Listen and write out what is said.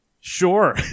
Sure